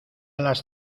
las